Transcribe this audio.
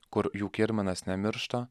kur jų kirminas nemiršta